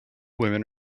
women